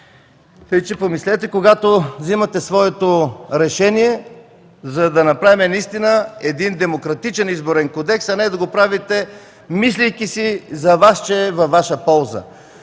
държави. Помислете, когато вземате решение, за да направим наистина демократичен изборен кодекс, а не да го правите мислейки си за Вас и че е във Ваша полза.